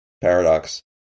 paradox